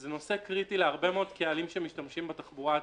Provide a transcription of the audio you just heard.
זה נושא קריטי להרבה מאוד קהלים שמשתמשים בתחבורה הציבורית.